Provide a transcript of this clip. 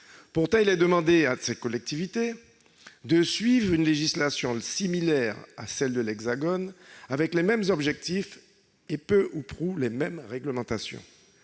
Pourtant, il est demandé à ces collectivités de suivre une législation similaire à celle de l'Hexagone, avec les mêmes objectifs et avec peu ou prou les mêmes réglementations.